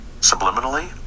subliminally